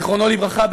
זיכרונו לברכה,